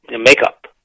makeup